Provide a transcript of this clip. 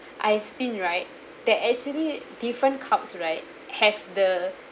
I've seen right that actually different cups right have the